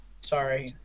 Sorry